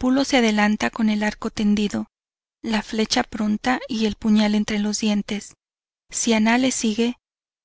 pulo se adelanta con el arco tendido la flecha pronta y el puñal entre los dientes siannah le sigue